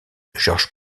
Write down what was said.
georges